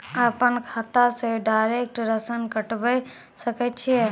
अपन खाता से डायरेक्ट ऋण कटबे सके छियै?